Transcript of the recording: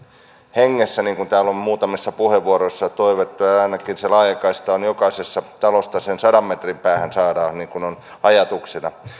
hengessä niin kuin täällä on muutamissa puheenvuoroissa toivottu ja ja ainakin se laajakaista jokaisesta talosta sen sadan metrin päähän saadaan niin kuin on ajatuksena